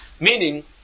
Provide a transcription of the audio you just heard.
Meaning